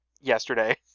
yesterday